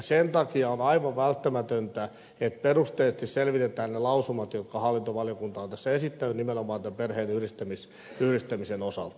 sen takia on aivan välttämätöntä että perusteellisesti selvitetään se mitä hallintovaliokunta on lausumassaan esittänyt nimenomaan tämän perheenyhdistämisen osalta